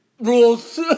Rules